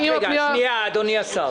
זה כביש דמים.